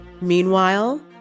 Meanwhile